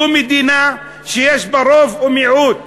זו מדינה שיש בה רוב ומיעוט.